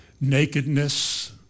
nakedness